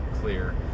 clear